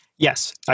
Yes